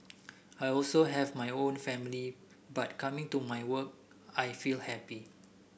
I also have my own family but coming to my work I feel happy